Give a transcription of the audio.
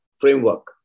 framework